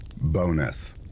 Bonus